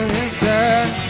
inside